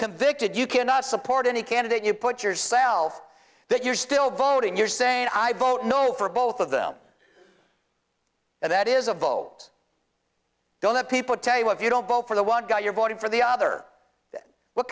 convicted you cannot support any candidate you put yourself that you're still voting you're saying i vote no for both of them and that is a vote don't let people tell you if you don't vote for the one guy you're voting for the other what